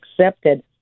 accepted